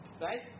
right